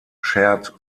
shared